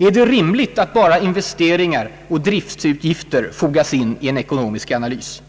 är det rimligt att bara investeringar och driftutgifter fogas in i en ekonomisk analys?